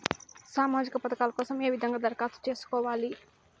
సామాజిక పథకాల కోసం ఏ విధంగా దరఖాస్తు సేసుకోవాలి